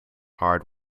hard